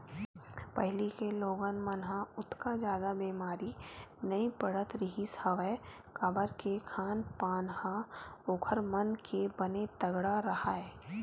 पहिली के लोगन मन ह ओतका जादा बेमारी नइ पड़त रिहिस हवय काबर के खान पान ह ओखर मन के बने तगड़ा राहय